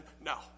no